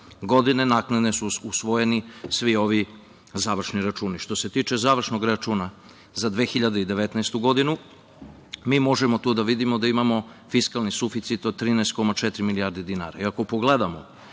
godine naknadno su usvojeni svi ovi završni računi. Što se tiče završnog računa za 2019. godinu, mi možemo tu da vidimo da imamo fiskalni suficit od 13,4 milijarde dinara.